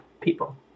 people